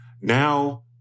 now